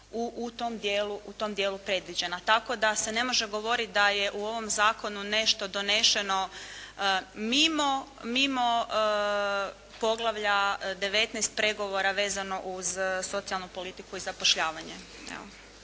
u tom dijelu predviđena tako da se ne može govoriti da je u ovom zakonu nešto doneseno mimo poglavlja 19 pregovora vezano uz socijalnu politiku i zapošljavanje.